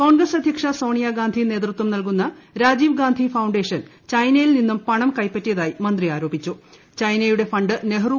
കോൺഗ്രസ് അധ്യക്ഷ സോണിയാഗാന്ധി നേതൃത്വം നൽകുന്ന രാജീവ് ഗാന്ധി ഫൌണ്ടേഷൻ ചൈനയിൽ നിന്നും പണ്ടു കൈപ്പറ്റിയതായി മന്ത്രി ആരോപിച്ചു